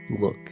look